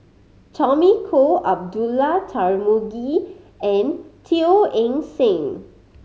Tommy Koh Abdullah Tarmugi and Teo Eng Seng